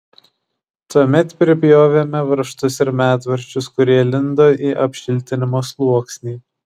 tuomet pripjovėme varžtus ir medvaržčius kurie lindo į apšiltinimo sluoksnį